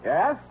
Yes